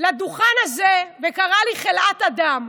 לדוכן הזה וקרא לי "חלאת אדם".